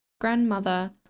grandmother